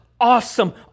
awesome